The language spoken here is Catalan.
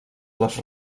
les